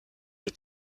est